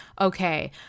okay